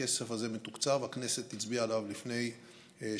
הכסף הזה מתוקצב, הכנסת הצביעה עליו לפני שבועיים